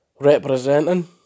representing